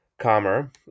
calmer